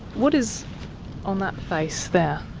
what is on that face there?